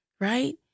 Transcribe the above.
right